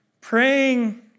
Praying